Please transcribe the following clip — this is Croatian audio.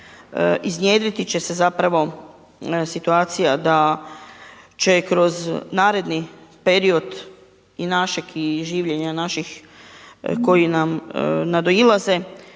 iznjedriti će se zapravo situacija da će kroz naredni period i našeg i življenja naših koji nam nadoilaze,